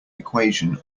equation